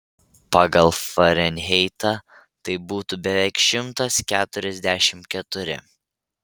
pagal farenheitą tai būtų beveik šimtas keturiasdešimt keturi